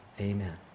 Amen